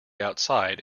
outside